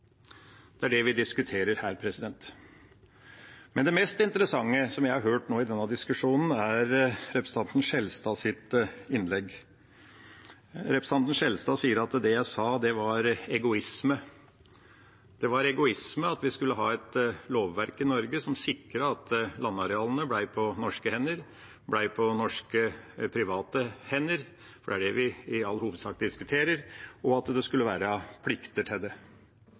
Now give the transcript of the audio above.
Det er dét vi diskuterer her. Det mest interessante jeg har hørt nå i denne diskusjonen, er representanten Skjelstads innlegg. Representanten Skjelstad sier at det jeg sa var egoisme – det var egoisme at vi skulle ha et lovverk i Norge som sikret at landarealene ble på norske hender, ble på norske private hender, for det er det vi i all hovedsak diskuterer, og at det skulle være plikter til det.